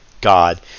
God